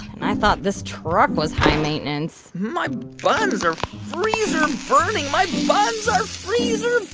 and i thought this truck was high maintenance my buns are freezer burning. my buns are freezer